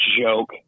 joke